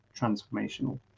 transformational